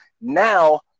now